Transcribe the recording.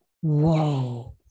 Whoa